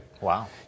Wow